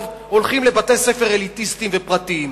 הולכים לבתי-ספר אליטיסטיים ופרטיים.